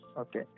Okay